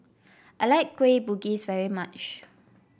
I like Kueh Bugis very much